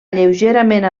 lleugerament